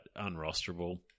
unrosterable